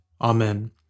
Amen